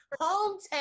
hometown